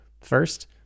First